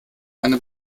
eine